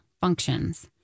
functions